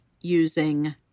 using